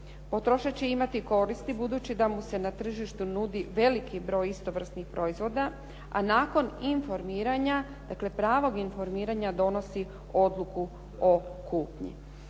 Potrošač će imati koristi budući da mu se na tržištu nudi veliki broj istovrsnih proizvoda, a nakon informiranja, dakle pravog informiranja donosi odluku o kupnji.